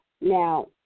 Now